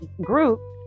group